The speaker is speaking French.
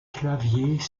claviers